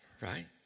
right